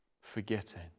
forgetting